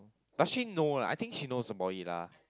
actually no I think she knows about it lah